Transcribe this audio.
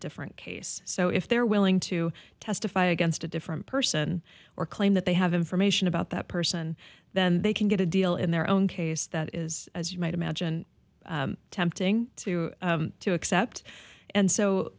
different case so if they're willing to testify against a different person or claim that they have information about that person then they can get a deal in their own case that is as you might imagine tempting to to accept and so